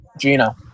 Gina